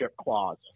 clause